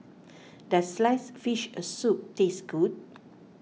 does Sliced Fish Soup taste good